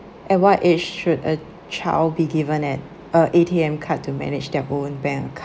at what age should a child be given an uh A_T_M card to manage their own bank